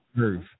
earth